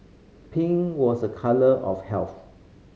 pink was a colour of health